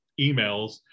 emails